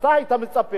הרי אתה היית מצפה,